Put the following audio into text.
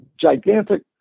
gigantic